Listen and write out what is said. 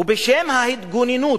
ובשם ההתגוננות